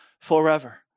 forever